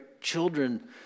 children